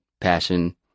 passion